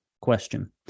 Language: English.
question